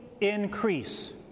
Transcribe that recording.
increase